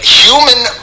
human